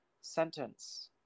sentence